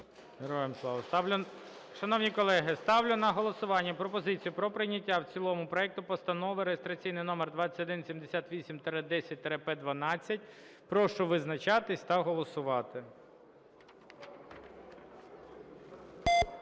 Шановні колеги, ставлю на голосування пропозицію про прийняття в цілому проекту Постанови реєстраційний номер 2178-10-П12. Прошу визначатись та голосувати.